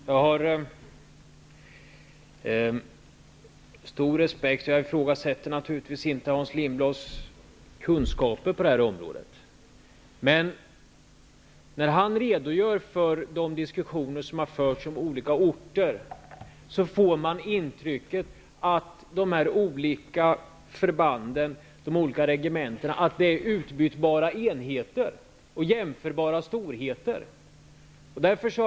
Jag har stor respekt för och ifrågasätter naturligtvis inte Hans Lindblads kunskaper på det här området, men när han redogör för de diskussioner som har förts om olika orter, får man intrycket att de olika förbanden och regementena är utbytbara enheter och jämförbara storheter.